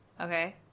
Okay